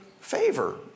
favor